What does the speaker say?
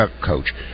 coach